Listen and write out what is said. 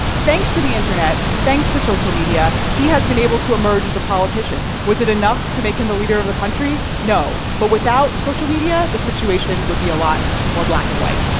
thanks to the internet. thanks to social media, he has been able to emerge as a politician. was it enough to make him the leader of the country? no. but without social media the situation would be a lot more black and white.